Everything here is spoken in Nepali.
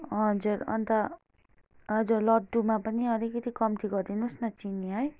हजुर अन्त हजुर लड्डुमा पनि अलिकति कम्ती गरिदिनुहोस् न चिनी है